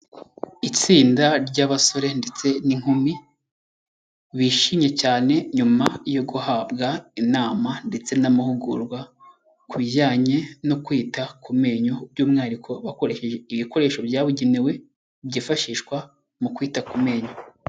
Itsinda ry'abasore ndetse n'inkumi bishimye cyane nyuma yo guhabwa inama ndetse n'amahugurwa ku bijyanye no kwita ku menyo by'umwihariko bakoresheje ibikoresho byabugenewe byifashishwa mu kwita ku menyo.